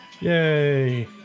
Yay